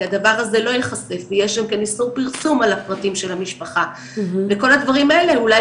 כי הדבר הזה לא ייחשף ויש איסור פרסום על הפרטים של המשפחה,